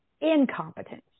incompetence